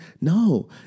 no